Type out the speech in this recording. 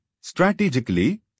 strategically